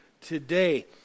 today